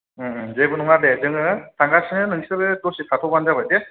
जेबो नङा दे जोङो थांगासिनो नोंसोरो दसे थाथ'बानो जाबाय दे